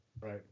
Right